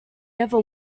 never